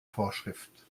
vorschrift